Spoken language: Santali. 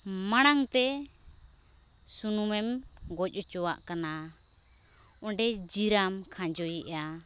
ᱢᱟᱲᱟᱝᱛᱮ ᱥᱩᱱᱩᱢᱮᱢ ᱜᱚᱡ ᱦᱚᱪᱚᱣᱟᱜ ᱠᱟᱱᱟ ᱚᱸᱰᱮ ᱡᱤᱨᱟᱢ ᱠᱷᱟᱸᱡᱚᱭᱮᱫᱼᱟ